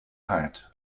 haard